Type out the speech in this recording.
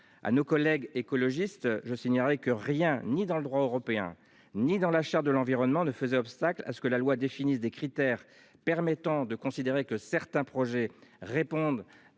à nos collègues écologistes je signale que rien ni dans le droit européen ni dans la charte de l'environnement ne faisait obstacle à ce que la loi définit des critères permettant de considérer que certains projets répondent